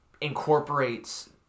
incorporates